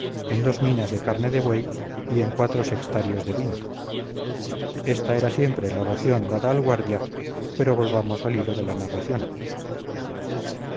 en dos minas de carne de buey y en cuatro sextarios de vino esta era siempre la ración dada al guardia pero volvamos al hilo de la narración